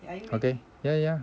okay ya ya